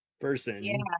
person